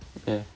ya